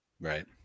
Right